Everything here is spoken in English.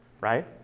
right